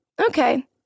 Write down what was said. Okay